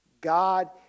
God